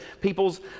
peoples